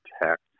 protect